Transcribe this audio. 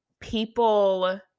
people